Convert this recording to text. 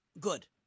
Good